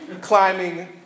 climbing